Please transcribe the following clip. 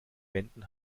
wänden